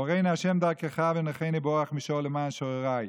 הורני ה' דרכך ונחני באֹרַח מישור למען שוררי".